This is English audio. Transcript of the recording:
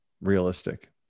realistic